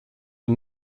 are